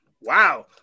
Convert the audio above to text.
Wow